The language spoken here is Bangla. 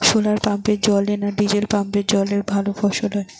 শোলার পাম্পের জলে না ডিজেল পাম্পের জলে ভালো ফসল হয়?